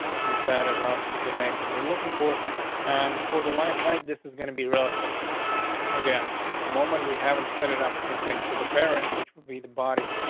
since that is obviously the name that we're looking for on and for the line hide, this is gonna be relative again. at the moment, we haven't set it up anything that the parent, which would be the body.